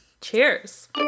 Cheers